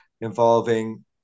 involving